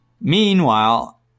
Meanwhile